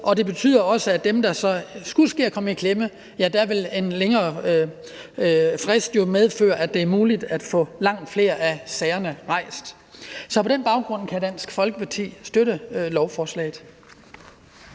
Og det betyder også, at for dem, der måtte komme i klemme, vil en længere frist medføre, at det er muligt at få langt flere af sagerne rejst. Og på den baggrund kan Dansk Folkeparti støtte lovforslaget.